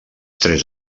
tres